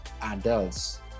adults